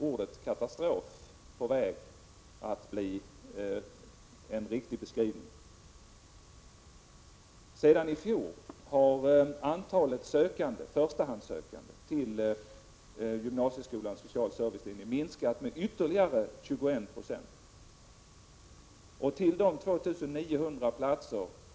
Arbetet skall vara avslutat och redovisat till socialdepartementet senast den 1 april 1988.